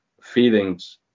feelings